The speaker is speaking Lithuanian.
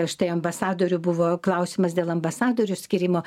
štai ambasadorių buvo klausimas dėl ambasadorių skyrimo